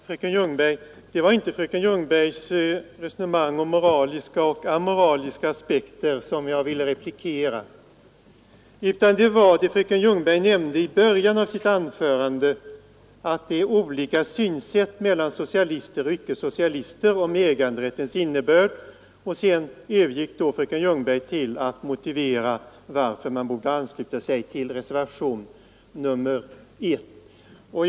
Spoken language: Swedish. Herr talman! Det var inte fröken Ljungbergs resonemang om moraliska och amoraliska aspekter som jag ville replikera på utan det var det som fröken Ljungberg nämnde i sitt första anförande, dvs. att det är olika synsätt mellan socialister och icke-socialister om äganderättens innebörd. Därefter övergick fröken Ljungberg till att motivera varför man borde ansluta sig till reservationen 1.